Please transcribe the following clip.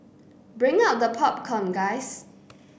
bring out the popcorn guys